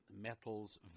metals